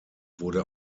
wurde